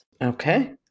Okay